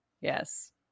Yes